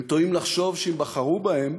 הם טועים לחשוב שאם בחרו בהם,